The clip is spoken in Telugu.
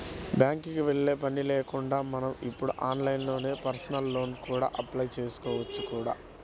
బ్యాంకుకి వెళ్ళే పని కూడా లేకుండా మనం ఇప్పుడు ఆన్లైన్లోనే పర్సనల్ లోన్ కి అప్లై చేసుకోవచ్చు కూడా